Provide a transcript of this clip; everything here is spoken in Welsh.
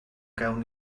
gawn